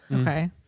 Okay